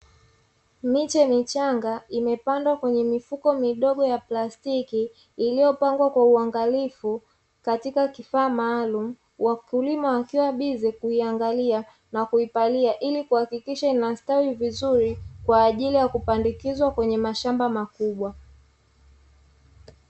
Miche michanga imepandwa kwenye mifuko midogo ya plastiki, iliyopangwa kwa uangalifu katika kifaa maalumu, wakulima wakiwa bize kuiangalia na kuipalia, ili kuhakikisha inastawi vizuri kwa ajili ya kupandikizwa kwenye mashamba makubwa.